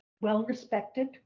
well-respected